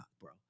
bro